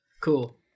Cool